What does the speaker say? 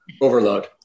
overload